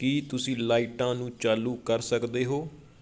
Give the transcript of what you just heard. ਕੀ ਤੁਸੀਂ ਲਾਈਟਾਂ ਨੂੰ ਚਾਲੂ ਕਰ ਸਕਦੇ ਹੋ